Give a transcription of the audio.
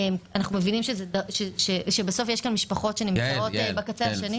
אנחנו מבינים שבסוף יש כאן משפחות שנמצאות בקצה השני.